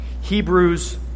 Hebrews